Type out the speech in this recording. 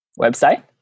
website